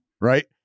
right